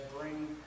bring